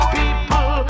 people